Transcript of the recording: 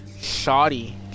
Shoddy